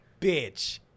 Bitch